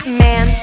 man